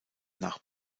nach